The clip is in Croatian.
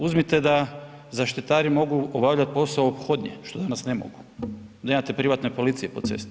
Uzmite da zaštitari mogu obavljati posao ophodnje, što danas ne mogu, da imate privatne policije po cesti.